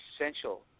essential